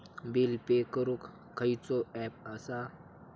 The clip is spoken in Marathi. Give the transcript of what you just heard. बिल पे करूक खैचो ऍप असा?